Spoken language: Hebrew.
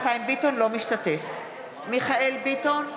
משתתף בהצבעה מיכאל מרדכי ביטון,